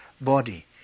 body